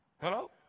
Hello